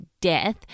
death